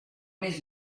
més